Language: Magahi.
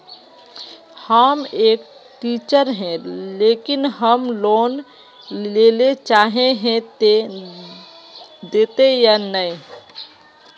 हम एक टीचर है लेकिन हम लोन लेले चाहे है ते देते या नय?